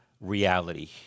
reality